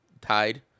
tied